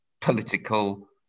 political